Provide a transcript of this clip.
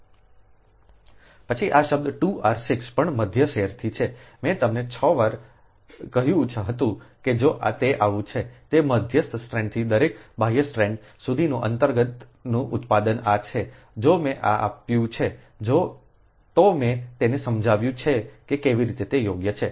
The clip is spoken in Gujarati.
પછી આ શબ્દ 2 r 6 પણ મધ્ય સેરથી છે મેં તમને 6 વાર કહ્યું હતું કે જો તે આવે છે તો મધ્યસ્થ સ્ટ્રાન્ડથી દરેક બાહ્ય સ્ટ્રાન્ડ સુધીના અંતર્ગતનું ઉત્પાદન આ છે જો મેં આપ્યું છે તો મેં તેને સમજાવ્યું છે કે કેવી રીતે તે યોગ્ય છે